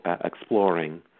exploring